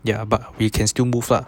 ya but we can still move lah